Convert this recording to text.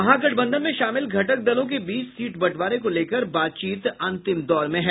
महागठबंधन में शामिल घटक दलों के बीच सीट बंटवारे को लेकर बातचीत अंतिम दौर में है